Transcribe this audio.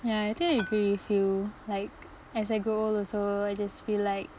ya I think I agree with you like as I grow old also I just feel like